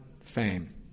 fame